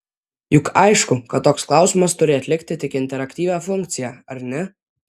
juk aišku kad toks klausimas turi atlikti tik interaktyvią funkciją ar ne